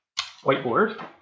whiteboard